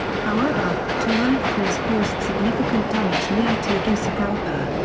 however, two earthflows caused significant damage near tegucigalpa.